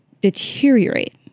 deteriorate